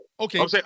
Okay